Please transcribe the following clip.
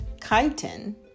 chitin